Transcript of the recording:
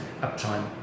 uptime